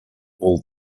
all